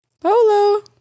Polo